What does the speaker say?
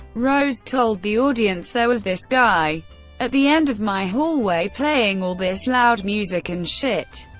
rose told the audience, there was this guy at the end of my hallway playing all this loud music and shit.